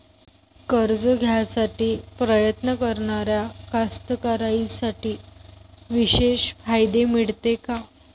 कर्ज घ्यासाठी प्रयत्न करणाऱ्या कास्तकाराइसाठी विशेष फायदे मिळते का?